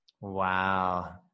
Wow